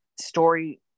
story